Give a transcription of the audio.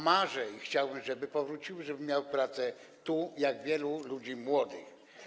Marzę, chciałbym, żeby powróciły i żeby miały pracę tu, jak wielu ludzi młodych.